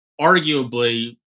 arguably